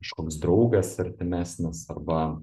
kažkoks draugas artimesnis arba